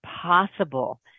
possible